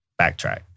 backtrack